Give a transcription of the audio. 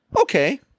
Okay